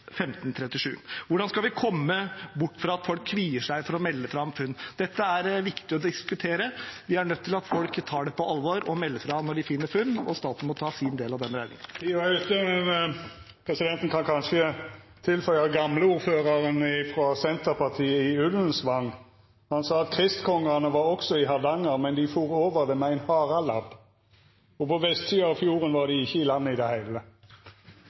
hvordan skal vi komme bort fra at folk kvier seg for å melde fra om funn? Dette er viktig å diskutere. Vi er nødt til at folk tar det på alvor og melder fra når de gjør funn, og staten må ta sin del av regningen. Presidenten kan kanskje føya til at gamleordføraren frå Senterpartiet i Ullensvang sa at kristkongane også var i Hardanger, men dei fór over med ein harelabb. På vestsida av fjorden var dei ikkje i land i det heile.